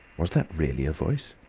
was that really a voice?